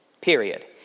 period